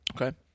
Okay